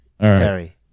Terry